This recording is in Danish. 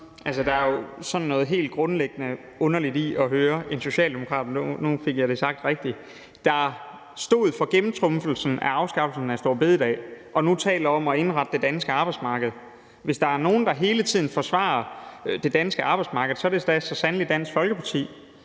der er jo noget helt grundlæggende underligt i at høre en socialdemokrat – nu fik jeg det sagt rigtigt – der stod for gennemtrumfelsen af afskaffelsen af store bededag, nu stå og tale om at indrette det danske arbejdsmarked. Hvis der er nogen, der hele tiden forsvarer det danske arbejdsmarked, er det da så sandelig Dansk Folkeparti.